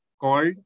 called